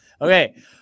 Okay